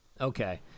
Okay